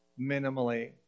minimally